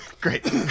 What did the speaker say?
Great